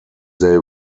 they